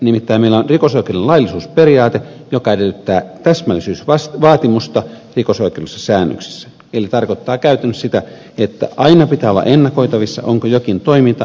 nimittäin meillä on rikosoikeudellinen laillisuusperiaate joka edellyttää täsmällisyysvaatimusta rikosoikeudellisissa säännöksissä eli se tarkoittaa käytännössä sitä että aina pitää olla ennakoitavissa onko jokin toiminta tai laiminlyönti rangaistavaa